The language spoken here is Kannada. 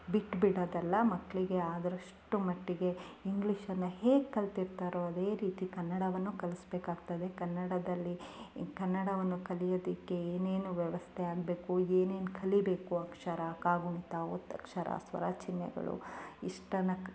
ಬಿಟ್ಟು ಬಿಡೋದಲ್ಲ ಮಕ್ಕಳಿಗೆ ಆದಷ್ಟು ಮಟ್ಟಿಗೆ ಇಂಗ್ಲೀಷನ್ನು ಹೇಗೆ ಕಲ್ತಿರ್ತಾರೋ ಅದೇ ರೀತಿ ಕನ್ನಡವನ್ನು ಕಲಿಸ್ಬೇಕಾಗ್ತದೆ ಕನ್ನಡದಲ್ಲಿ ಕನ್ನಡವನ್ನು ಕಲಿಯೋದಕ್ಕೆ ಏನೇನು ವ್ಯವಸ್ಥೆ ಆಗಬೇಕು ಏನೇನು ಕಲಿಬೇಕು ಅಕ್ಷರ ಕಾಗುಣಿತ ಒತ್ತಕ್ಷರ ಸ್ವರ ಚಿನ್ಹೆಗಳು ಇಷ್ಟನ್ನು